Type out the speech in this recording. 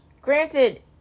granted